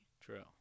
True